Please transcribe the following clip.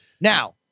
Now